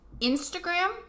Instagram